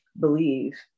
believe